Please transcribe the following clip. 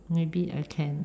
maybe I can